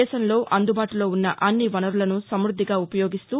దేశంలో అదుబాటులో ఉన్న అన్ని వనరులను సమృద్దిగా ఉపయోగిస్తూ